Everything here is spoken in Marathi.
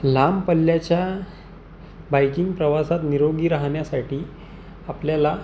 लांब पल्ल्याच्या बाईकिंग प्रवासात निरोगी राहण्यासाठी आपल्याला